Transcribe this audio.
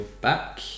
back